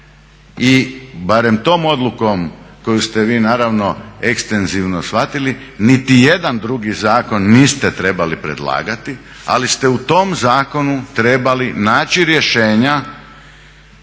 i barem tom odlukom koju ste vi naravno ekstenzivno shvatili nitijedan drugi zakon niste trebali predlagati ali ste u tom zakonu trebali naći rješenja,